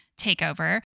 TakeOver